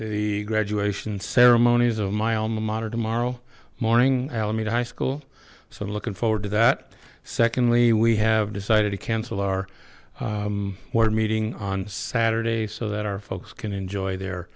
the graduation ceremonies of my alma mater tomorrow morning alameda high school so looking forward to that secondly we have decided to cancel our we're meeting on saturday so that our folks can enjoy their